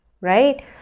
right